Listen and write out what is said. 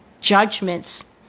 judgments